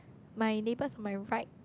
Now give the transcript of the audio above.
my neighbours on my right